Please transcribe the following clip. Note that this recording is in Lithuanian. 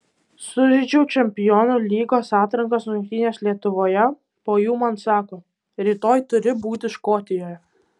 sužaidžiau čempionų lygos atrankos rungtynes lietuvoje po jų man sako rytoj turi būti škotijoje